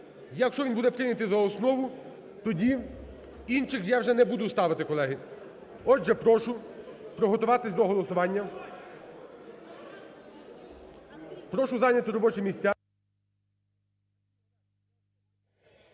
Якщо він буде прийнятий за основу, тоді інших я вже не буду ставити, колеги. Отже, прошу приготуватися до голосування, прошу зайняти робочі місця.